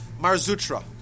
Marzutra